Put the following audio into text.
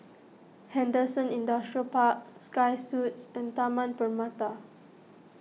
Henderson Industrial Park Sky Suites and Taman Permata